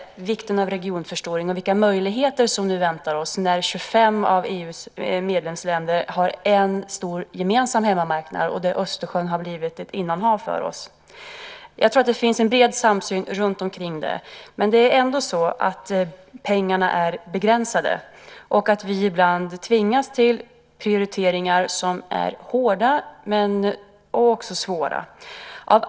Det handlar om vikten av regionförstoring och vilka möjligheter som nu väntar oss när 25 av EU:s medlemsländer har en stor gemensam hemmamarknad, där Östersjön har blivit ett innanhav för oss. Jag tror att det finns en bred samsyn runtomkring det, men pengarna är ändå begränsade. Ibland tvingas vi till prioriteringar som är hårda och också svåra.